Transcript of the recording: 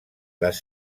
les